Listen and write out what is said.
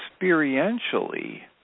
experientially